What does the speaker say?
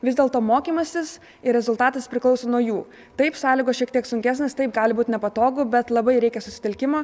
vis dėlto mokymasis ir rezultatas priklauso nuo jų taip sąlygos šiek tiek sunkesnės taip gali būt nepatogu bet labai reikia susitelkimo